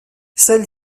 celle